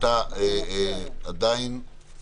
אתה עדיין